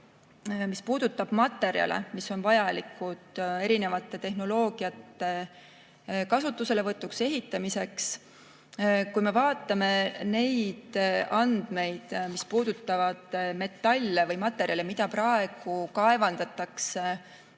mis puudutab materjale, mis on vajalikud erisuguste tehnoloogiate kasutuselevõtuks, ehitamiseks. Kui vaatame neid andmeid, mis puudutavad metalle või muid materjale, mida kaevandatakse